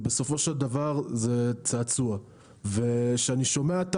זה בסופו של דבר צעצוע וכשאני שומע את